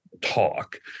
talk